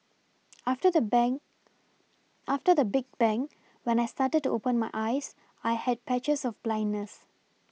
after the bang after the big bang when I started to open my eyes I had patches of blindness